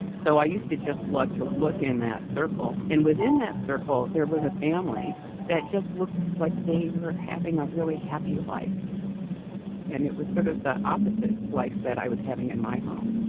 so i used to just love to look in that circle. and within that circle, there was a family that just looked like they were having a really happy life and it was sort of the opposite life that i was having in my home.